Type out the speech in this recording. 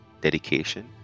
dedication